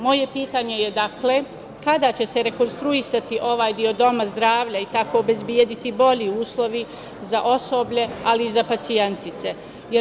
Moje pitanje je – kada će se rekonstruisati ovaj deo doma zdravlja i tako obezbediti bolji uslovi za osoblje, ali i za pacijentkinje?